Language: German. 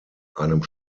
einem